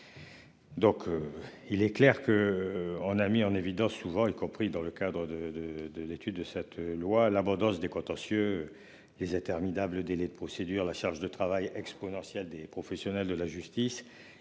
Donc il est clair que. On a mis en évidence souvent y compris dans le cadre de de de l'étude de cette loi, l'abondance des contentieux. Les interminables délais de procédure, la charge de travail exponentielle des professionnels de la justice